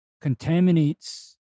contaminates